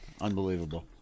Unbelievable